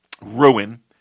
ruin